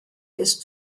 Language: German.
ist